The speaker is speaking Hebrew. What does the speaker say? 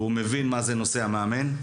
והוא מבין מה זה נושא המאמן.